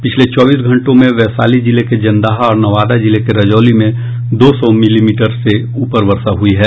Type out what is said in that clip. पिछले चौबीस घंटों में वैशाली जिले के जन्दाहा और नवादा जिले के रजौली में दो सौ मिलीमीटर से ऊपर वर्षा हुई है